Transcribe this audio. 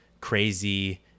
crazy